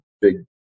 big